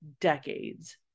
decades